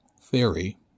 theory